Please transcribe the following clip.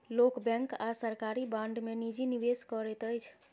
लोक बैंक आ सरकारी बांड में निजी निवेश करैत अछि